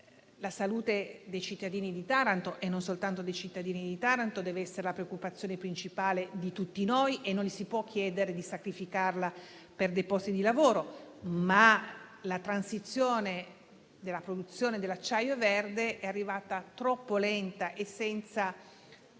la salute dei cittadini di Taranto, e non soltanto dei cittadini di Taranto, deve essere la preoccupazione principale di tutti noi e non si può chiedere di sacrificarla per dei posti di lavoro. Ma la transizione della produzione dell'acciaio verde è arrivata troppo lentamente e senza